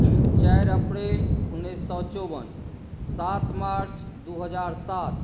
चारि अप्रैल उन्नैस सए चौबन सात मार्च दू हजार सात